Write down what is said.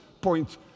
point